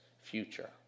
future